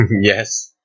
Yes